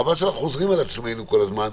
חבל שאנחנו חוזרים על עצמנו כל הזמן,